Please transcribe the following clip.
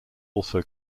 also